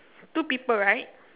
two people right